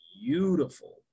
beautiful